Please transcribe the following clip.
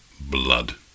blood